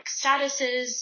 statuses